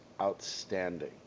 outstanding